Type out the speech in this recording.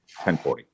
1040